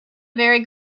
very